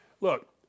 Look